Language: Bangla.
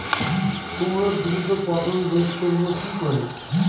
কুমড়োর দ্রুত পতন রোধ করব কি করে?